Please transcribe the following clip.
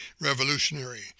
revolutionary